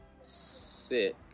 sick